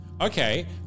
Okay